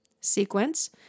sequence